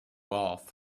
off